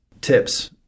tips